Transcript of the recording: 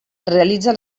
realitza